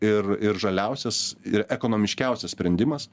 ir ir žaliausias ir ekonomiškiausias sprendimas